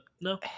no